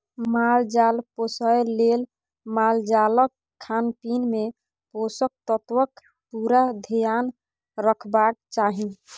माल जाल पोसय लेल मालजालक खानपीन मे पोषक तत्वक पुरा धेआन रखबाक चाही